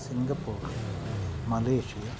Singapore Malaysia